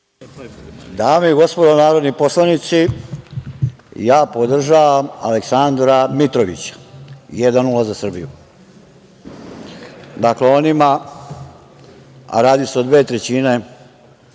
Dame i gospodo narodni poslanici, ja podržavam Aleksandra Mitrovića, jedan nula za Srbiju. Dakle, onima, a radi se o dve trećine